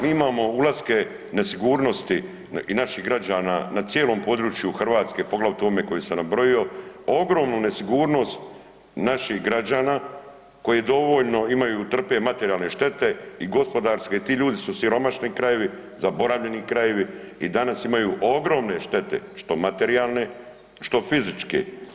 Mi imamo ulaske nesigurnosti i naših građana na cijelom području Hrvatske, poglavito ovome koje sam nabrojio ogromnu nesigurnost naših građana koji dovoljno imaju i trpe materijalne štete i gospodarske i ti ljudi su siromašni krajevi, zaboravljeni krajevi i danas imaju ogromne štete što materijalne, što fizičke.